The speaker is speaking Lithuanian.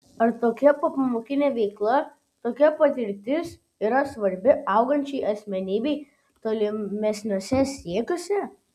ar tokia popamokinė veikla tokia patirtis yra svarbi augančiai asmenybei tolimesniuose siekiuose